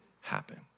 happen